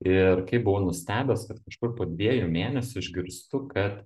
ir kaip buvau nustebęs kad kažkur po dviejų mėnesių išgirstu kad